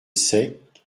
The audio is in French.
sec